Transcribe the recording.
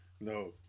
No